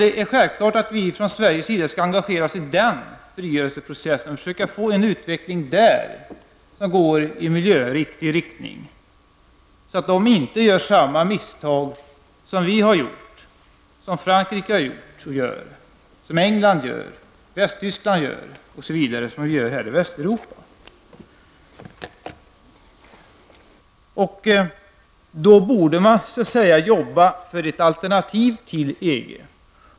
Det är självklart att vi från Sveriges sida skall engagera oss i den frigörelseprocessen och försöka få till stånd en utveckling där i miljövänlig riktning, så att de östeuropeiska länderna inte gör samma misstag som vi har gjort, som Frankrike har gjort och gör, som England gör och som Västtyskland gör, dvs. som vi gör här i Västeuropa. Då borde man så att säga jobba för ett alternativ till EG.